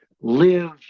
Live